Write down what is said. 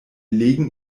legen